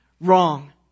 wrong